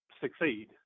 succeed